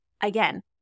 Again